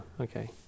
okay